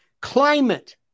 climate